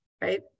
right